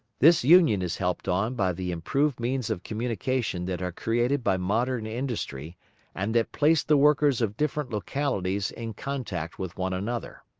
this union is helped on by the improved means of communication that are created by modern industry and that place the workers of different localities in contact with one another.